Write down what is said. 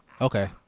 Okay